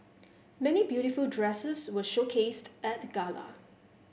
many beautiful dresses were showcased at the gala